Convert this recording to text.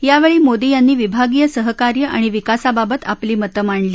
यावेळी मोदी यांनी विभागीय सहकार्य आणि विकासाबाबत आपली मतं मांडली